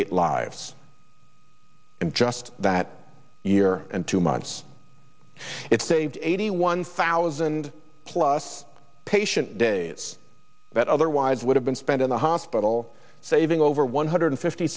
eight lives in just that year and two months it saved eighty one thousand plus patient days that otherwise would have been spent in the hospital saving over one hundred fifty